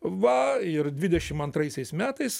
va ir dvidešim antraisiais metais